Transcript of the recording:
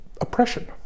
oppression